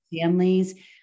families